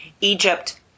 Egypt